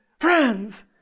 friends